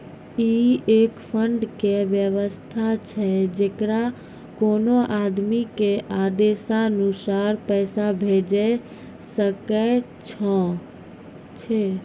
ई एक फंड के वयवस्था छै जैकरा कोनो आदमी के आदेशानुसार पैसा भेजै सकै छौ छै?